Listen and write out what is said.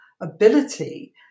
ability